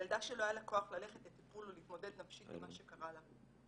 ילדה שלא היה כוח ללכת לטיפול ולהתמודד נפשית עם מה שקרה לה,